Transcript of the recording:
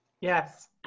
Yes